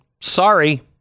Sorry